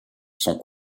sont